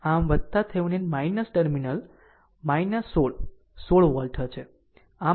આમ VThevenin terminal 16 16 volt છે